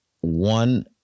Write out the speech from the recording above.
one